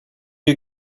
you